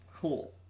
Cool